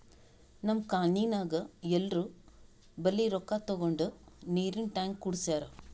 ನಮ್ ಕಾಲ್ನಿನಾಗ್ ಎಲ್ಲೋರ್ ಬಲ್ಲಿ ರೊಕ್ಕಾ ತಗೊಂಡ್ ನೀರಿಂದ್ ಟ್ಯಾಂಕ್ ಕುಡ್ಸ್ಯಾರ್